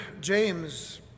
James